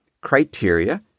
criteria